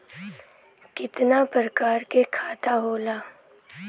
कितना प्रकार के खाता होला?